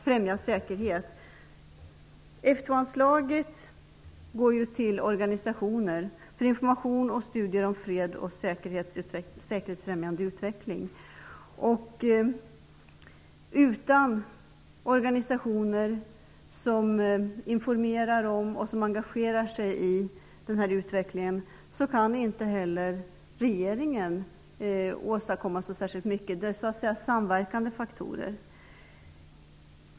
F 2-anslaget går till organisationer för information och studier om säkerhetspolitik och säkerhetsfrämjande utveckling. Utan organisationer som informerar om och engagerar sig för den här utvecklingen kan inte heller regeringen åstadkomma särskilt mycket. De är så att säga samverkande faktorer.